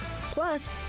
Plus